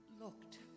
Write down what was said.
looked